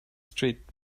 street